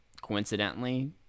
coincidentally